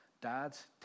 dads